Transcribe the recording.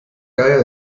geier